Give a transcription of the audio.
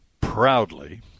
proudly